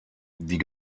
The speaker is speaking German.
die